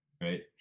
right